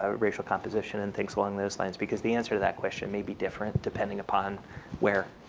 ah racial composition and thinks along those lines because the answer to that question may be different depending upon where